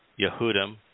Yehudim